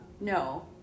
No